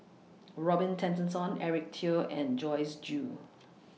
Robin Tessensohn Eric Teo and Joyce Jue